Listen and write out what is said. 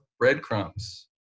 breadcrumbs